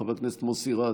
חבר הכנסת מוסי רז,